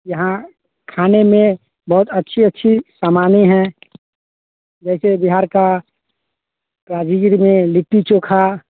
यहाँ खाने में बहुत अच्छी अच्छी सामाने है जैसे बिहार का राजगीर में लिट्टी चोखा